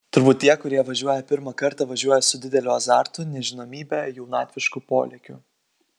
turbūt tie kurie važiuoja pirmą kartą važiuoja su dideliu azartu nežinomybe jaunatvišku polėkiu